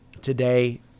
today